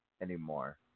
anymore